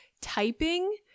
typing